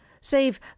save